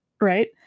right